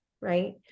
right